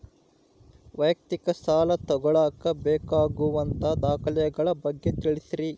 ವೈಯಕ್ತಿಕ ಸಾಲ ತಗೋಳಾಕ ಬೇಕಾಗುವಂಥ ದಾಖಲೆಗಳ ಬಗ್ಗೆ ತಿಳಸ್ರಿ